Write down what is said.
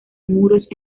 muros